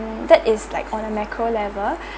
mm that is like on a macro level